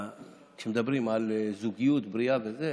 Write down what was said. כשמדברים על זוגיות בריאה וכו',